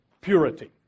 purity